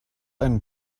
einen